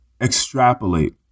Extrapolate